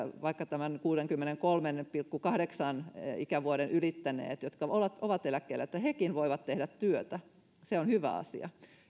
vaikka tämän kuudenkymmenenkolmen pilkku kahdeksan ikävuoden ylittäneet jotka ovat ovat eläkkeellä voivat tehdä työtä se on hyvä asia